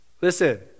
Listen